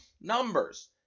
numbers